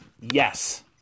Yes